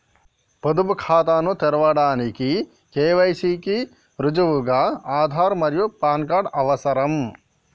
పొదుపు ఖాతాను తెరవడానికి కే.వై.సి కి రుజువుగా ఆధార్ మరియు పాన్ కార్డ్ అవసరం